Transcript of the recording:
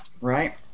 Right